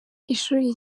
ishuri